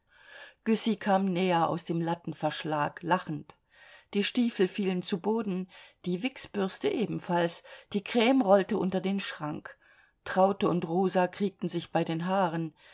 kam näher aus dem lattenverschlag lachend die stiefel fielen zu boden die wichsbürste ebenfalls die crme rollte unter den schrank traute und rosa kriegten sich bei den haaren